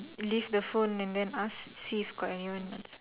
leave the phone and then ask see if got anyone outside